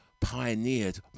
pioneered